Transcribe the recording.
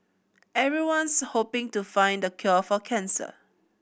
everyone's hoping to find the cure for cancer